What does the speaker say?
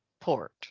port